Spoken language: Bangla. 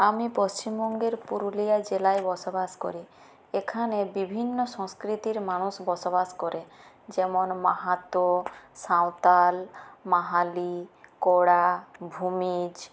আমি পশ্চিমবঙ্গের পুরুলিয়া জেলায় বসবাস করি এখানে বিভিন্ন সংস্কৃতির মানুষ বসবাস করে যেমন মাহাতো সাঁওতাল মাহালী কোরা ভূমিজ